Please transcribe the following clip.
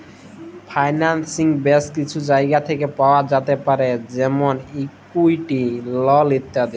ফাইলালসিং ব্যাশ কিছু জায়গা থ্যাকে পাওয়া যাতে পারে যেমল ইকুইটি, লল ইত্যাদি